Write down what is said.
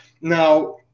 Now